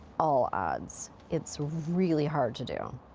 all odds. it's really hard to do.